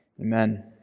Amen